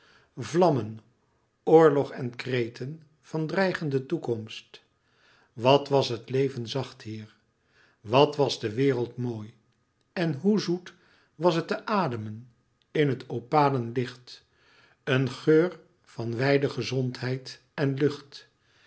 vlammen oorlog en kreten van dreigende toekomst wat was het leven zacht hier wat was de wereld mooi en hoe zoet was het te ademen in het opalen licht een geur van wijde gezondheid en lucht